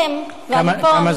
אתם, כמה זמן?